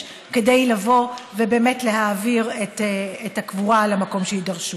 כדי לבוא ובאמת להעביר את הקבורה למקום שדרשו.